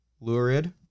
Lurid